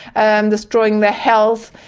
and destroying their health,